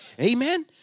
Amen